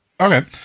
Okay